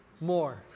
more